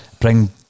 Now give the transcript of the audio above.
bring